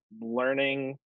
learning